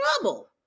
trouble